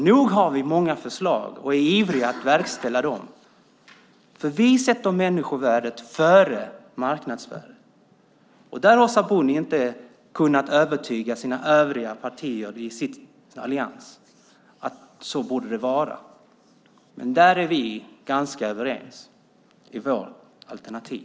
Nog har vi många förslag och är ivriga att verkställa dem. Vi sätter människovärdet före marknadsvärdet. Sabuni har inte kunnat övertyga de övriga partierna i alliansen att det borde vara så. Där är vi ganska överens i vårt alternativ.